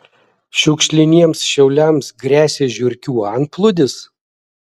šiukšliniems šiauliams gresia žiurkių antplūdis